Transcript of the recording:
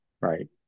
right